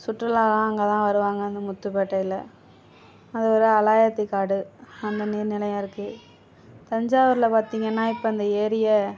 சுற்றுலாலாம் அங்கே தான் வருவாங்க அந்த முத்துப்பேட்டையில் அது ஒரு அலையாத்தி காடு அங்கே நீர் நிலையம் இருக்குது தஞ்சாவூரில் பார்த்திங்கன்னா இப்போ அந்த ஏரியை